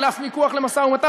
קלף מיקוח למשא-ומתן,